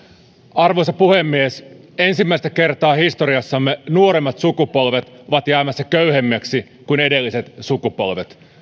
arvoisa puhemies ensimmäistä kertaa historiassamme nuoremmat sukupolvet ovat jäämässä köyhemmiksi kuin edelliset sukupolvet